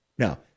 Now